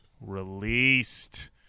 released